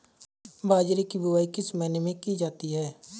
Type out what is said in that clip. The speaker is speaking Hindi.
बाजरे की बुवाई किस महीने में की जाती है?